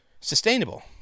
sustainable